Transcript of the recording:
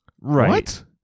Right